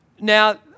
Now